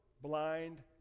blind